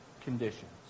conditions